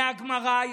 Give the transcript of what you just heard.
מהגמרא.